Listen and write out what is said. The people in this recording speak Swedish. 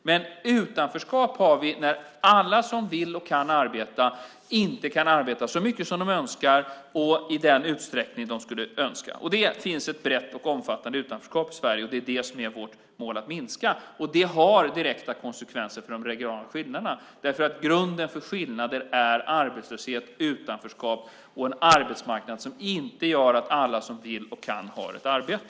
Men utanförskap har vi när alla som vill och kan arbeta inte kan arbeta så mycket som de önskar och i den utsträckning de skulle önska. Det finns ett brett och omfattande utanförskap i Sverige, och det är det som det är vårt mål att minska. Det har direkta konsekvenser för de regionala skillnaderna, därför att grunden för skillnader är arbetslöshet, utanförskap och en arbetsmarknad som inte gör att alla som vill och kan har ett arbete.